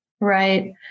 Right